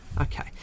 Okay